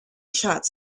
shots